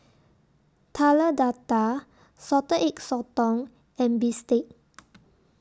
Telur Dadah Salted Egg Sotong and Bistake